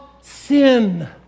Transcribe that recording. sin